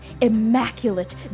immaculate